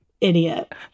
idiot